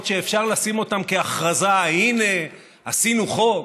שאפשר לשים אותן כהכרזה: הינה עשינו חוק,